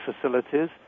facilities